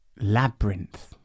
labyrinth